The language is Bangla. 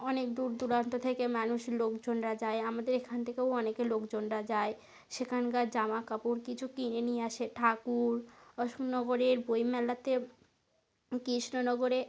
অনেক দূর দূরান্ত থেকে মানুষ লোকজনরা যায় আমাদের এখান থেকেও অনেক লোকজনরা যায় সেখানকার জামা কাপড় কিছু কিনে নিয়ে আসে ঠাকুর অশোকনগরের বই মেলাতে কৃষ্ণনগরে